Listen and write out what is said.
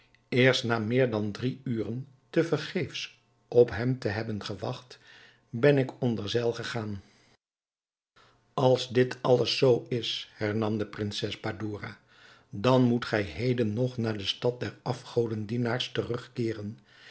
eerst na meer dan drie uren te vergeefs op hem te hebben gewacht ben ik onder zeil gegaan als dit alles zoo is hernam de prinses badoura dan moet gij heden nog naar de stad der